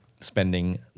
spending